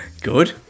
Good